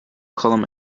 column